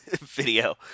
video